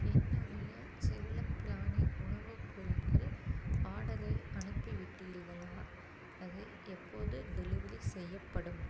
என்னுடைய செல்லப்பிராணி உணவுப் பொருள்கள் ஆர்டரை அனுப்பிவிட்டீர்களா அது எப்போது டெலிவரி செய்யப்படும்